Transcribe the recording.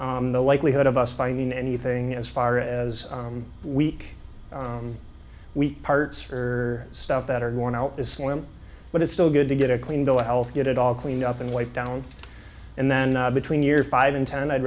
the likelihood of us finding anything as far as weak weak parts for stuff that are worn out is slim but it's still good to get a clean bill of health get it all cleaned up and weight down and then between your five and ten i'd